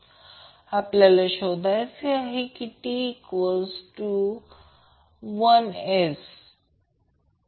म्हणून उदाहरणार्थ याला कॉइल कॅपेसिटर आणि सर्किटचा क्वालिटी फॅक्टर म्हणतात